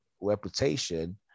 reputation